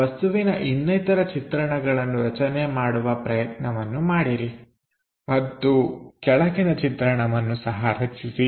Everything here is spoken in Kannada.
ಈ ವಸ್ತುವಿನ ಇನ್ನಿತರ ಚಿತ್ರಣಗಳನ್ನು ರಚನೆ ಮಾಡುವ ಪ್ರಯತ್ನವನ್ನು ಮಾಡಿರಿ ಮತ್ತು ಕೆಳಗಿನ ಚಿತ್ರಣವನ್ನು ಸಹ ರಚಿಸಿ